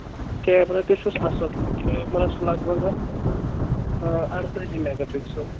camera تہِ چھُس اَصٕل کیمرا چھُ لگ بگ اَتھ اَرتٲجی میگا پِکسَل